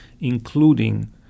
including